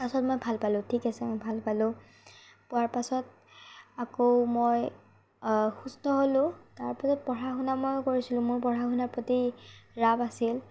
তাৰ পাছত মই ভাল পালোঁঁ ঠিক আছে মই ভাল পালোঁ পোৱাৰ পাছত আকৌ মই সুস্থ হ'লো তাৰ পাছত মই পঢ়া শুনা কৰিছিলো মোৰ পঢ়া শুনাৰ প্ৰতি ৰাপ আছিল